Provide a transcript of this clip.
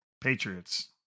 Patriots